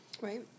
Right